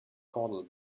kordel